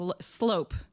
slope